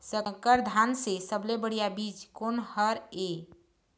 संकर धान के सबले बढ़िया बीज कोन हर ये?